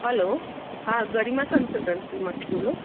hello હા ગરિમા કન્સલ્ટન્સીમાંથી બોલો